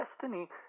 destiny